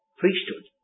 priesthood